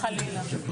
חס וחלילה.